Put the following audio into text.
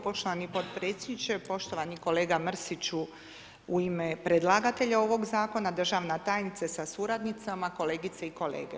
Poštovani potpredsjedniče, poštovani kolega Mrsiću u ime predlagatelja ovog Zakona, poštovana državna tajnice sa suradnicama, kolegice i kolega.